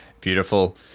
Beautiful